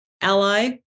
ally